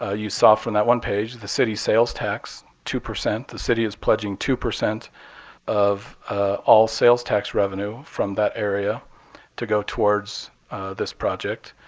ah you saw from that one page the city sales tax two. the city is pledging two percent of all sales tax revenue from that area to go towards this project.